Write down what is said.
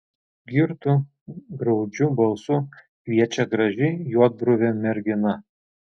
girtu graudžiu balsu kviečia graži juodbruvė mergina